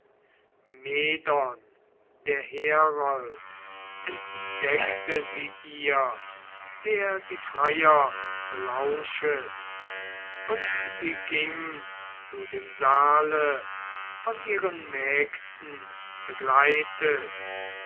der herold entdeckte sie ihr der die freier belauschet und sie ging zu dem saale von ihren mägden begleitet